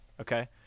okay